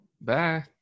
bye